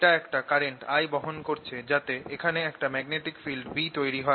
এটা একটা current I বহন করছে যাতে এখানে একটা ম্যাগনেটিক ফিল্ড B তৈরি হয়